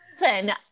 Listen